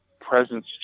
presence